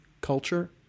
culture